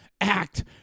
act